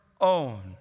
own